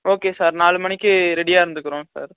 okay sir நாலு மணிக்கு ரெடியாக இருந்துக்கிறோம் சார்